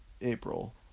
April